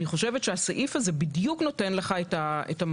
אני חושבת שהסעיף הזה נותן בדיוק את המענה.